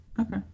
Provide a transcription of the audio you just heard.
Okay